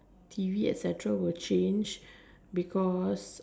T_V etcetera will change because